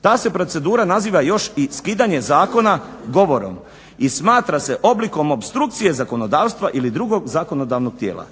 Ta se procedura naziva još i skidanje zakona govorom i smatra se oblikom opstrukcije zakonodavstva ili drugog zakonodavnog tijela.